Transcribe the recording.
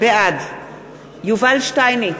בעד יובל שטייניץ,